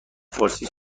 فارسی